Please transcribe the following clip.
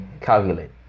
calculate